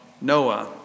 Noah